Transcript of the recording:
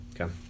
Okay